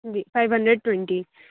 ji five hundred twenty